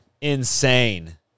insane